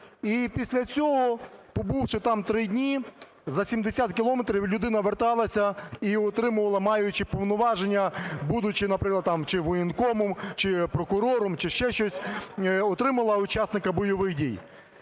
після цього, побувши там 3 дні за 70 кілометрів, людина верталася і отримувала, маючи повноваження, будучи, наприклад, там чи воєнкомом, чи прокурором, чи ще щось, отримувала учасника бойових дій.